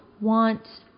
want